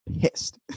pissed